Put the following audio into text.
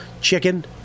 chicken